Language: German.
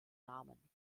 namen